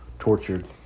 tortured